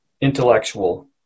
intellectual